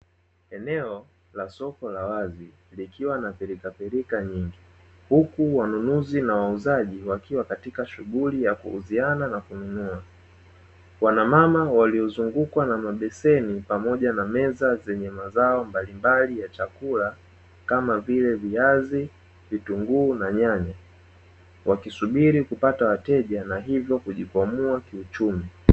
Eneo la soko la wazi likiwa na pilikapilika nyingi, huku wanunuzi na wauzaji wakiwa katika shughuli ya kuuziana na kununua. Wanamama waliyozungukwa na mabeseni pamoja na meza zenye mazao mbalimbali ya chakula kama vile viazi, vitunguu, na nyanya wakisubiri kupata wateja na hivyo kujikwamua kiuchumi.